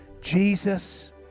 Jesus